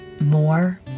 more